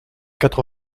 quatre